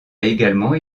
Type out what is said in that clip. également